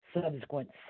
subsequent